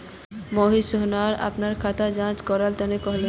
मोहित सोहनक अपनार खाताक जांच करवा तने कहले